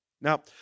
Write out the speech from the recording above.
Now